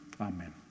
Amen